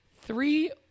three